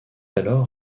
alors